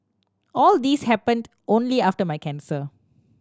all these happened only after my cancer